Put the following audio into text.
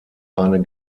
eine